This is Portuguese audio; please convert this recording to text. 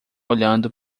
olhando